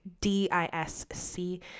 d-i-s-c